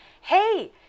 Hey